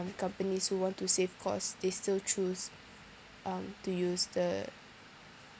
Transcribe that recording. the companies who want to save costs they still choose um to use the